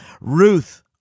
Ruth